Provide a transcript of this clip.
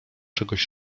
czegoś